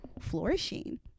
flourishing